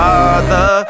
Father